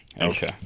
Okay